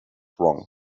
wrong